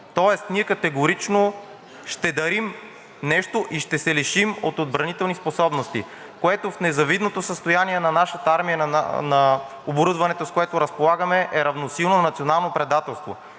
Тоест ние категорично ще дарим нещо и ще се лишим от отбранителни способности, което в незавидното състояние на нашата армия и оборудването, с което разполагаме, е равносилно на национално предателство,